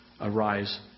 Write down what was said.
Arise